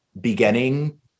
beginning